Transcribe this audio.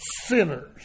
sinners